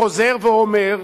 אני חוזר ואומר,